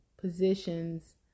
positions